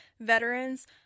veterans